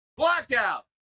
blackout